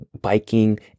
biking